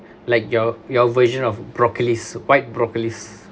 like your your version of broccolis white broccolis